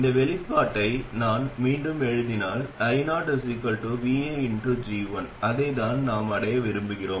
இந்த வெளிப்பாட்டை நான் மீண்டும் எழுதினால் ioviG1 அதைத்தான் நாம் அடைய விரும்புகிறோம்